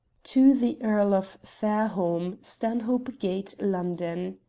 to the earl of fairholme, stanhope gate, london.